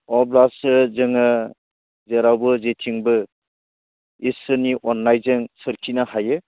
अब्लासो जोङो जेरावबो जेथिंबो इसोरनि अननायजों सोरखिनो हायो